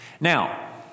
Now